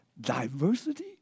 Diversity